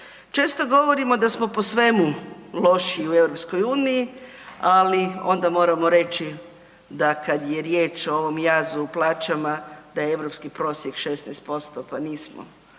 Često govorimo da smo po svemu lošiji u EU, ali onda moramo reći da kad je riječ o ovom jazu u plaćama da je europski prosjek 16% pa nismo